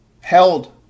held